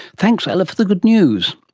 thanks ella for the good news